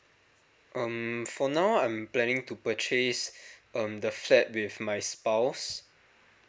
um for now I'm planning to purchase um the flat with my spouse